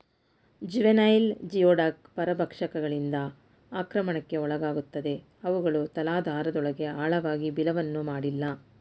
juvenile geoduck ಪರಭಕ್ಷಕಗಳಿಂದ ಆಕ್ರಮಣಕ್ಕೆ ಒಳಗಾಗುತ್ತವೆ ಅವುಗಳು ತಲಾಧಾರದೊಳಗೆ ಆಳವಾಗಿ ಬಿಲವನ್ನು ಮಾಡಿಲ್ಲ